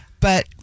But-